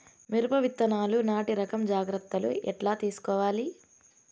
మిరప విత్తనాలు నాటి రకం జాగ్రత్తలు ఎట్లా తీసుకోవాలి?